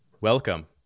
Welcome